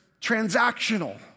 transactional